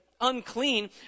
Unclean